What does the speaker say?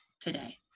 today